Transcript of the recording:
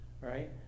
right